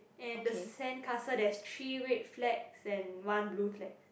and the sandcastle there's three red flags and one blue flag